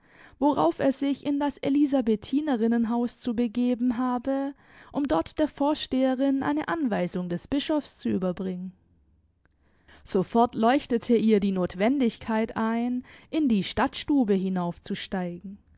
worauf er sich in das elisabethinerinnenhaus zu begeben habe um dort der vorsteherin eine anweisung des bischofs zu überbringen sofort leuchtete ihr die notwendigkeit ein in die stadtstube hinaufzusteigen